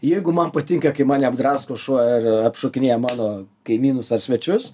jeigu man patinka kai mane apdrasko šuo ir apšokinėja mano kaimynus ar svečius